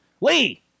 Lee